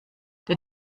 der